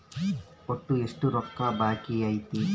ಒಟ್ಟು ಎಷ್ಟು ರೊಕ್ಕ ಬಾಕಿ ಐತಿ?